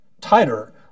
tighter